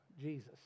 Jesus